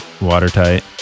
watertight